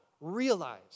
realize